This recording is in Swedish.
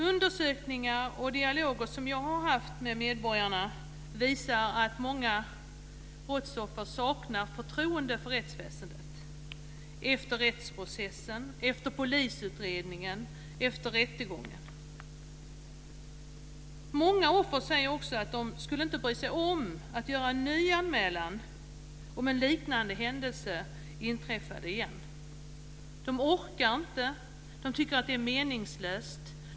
Undersökningar och dialoger som jag har haft med medborgarna visar att många brottsoffer saknar förtroende för rättsväsendet efter rättsprocessen, efter polisutredningen, efter rättegången. Många offer säger också att de inte skulle bry sig om att göra en ny anmälan om en liknande händelse inträffade igen. De orkar inte. De tycker att det är meningslöst.